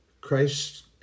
Christ